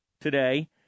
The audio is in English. today